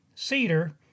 cedar